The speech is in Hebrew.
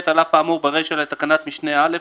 " על אף האמור ברישה לתקנת משנה (א),